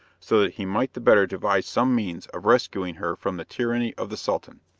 so that he might the better devise some means of rescuing her from the tyranny of the sultan.